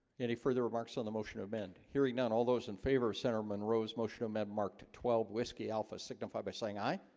any further remarks on the motion of amend hearing none all those in favor of senator monroe's motion omed marked twelve zero whiskey alpha signify by saying aye